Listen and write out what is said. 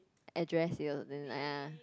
address !aiya!